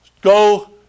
go